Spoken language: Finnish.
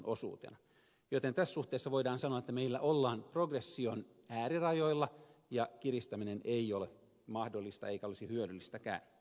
joten tässä suhteessa voidaan sanoa että meillä ollaan progression äärirajoilla ja kiristäminen ei ole mahdollista eikä olisi hyödyllistäkään